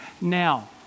Now